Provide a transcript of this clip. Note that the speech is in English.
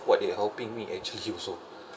what they helping me actually also